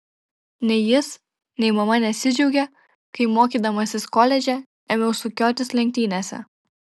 nei jis nei mama nesidžiaugė kai mokydamasis koledže ėmiau sukiotis lenktynėse